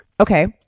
Okay